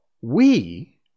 We